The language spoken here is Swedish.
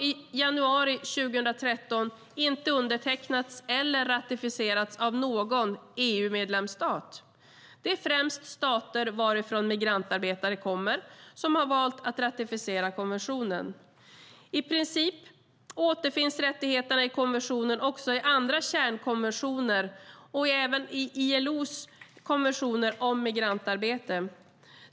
I januari 2013 hade den ännu inte undertecknats eller ratificerats av någon EU-medlemsstat. Det är främst stater varifrån migrantarbetare kommer som har valt att ratificera konventionen. I princip återfinns rättigheterna i konventionen också i andra kärnkonventioner och även i ILO:s konventioner om migrantarbete.